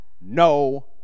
no